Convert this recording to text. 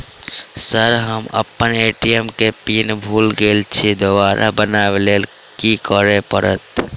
Sir हम अप्पन ATM केँ पिन भूल गेल छी दोबारा बनाब लैल की करऽ परतै?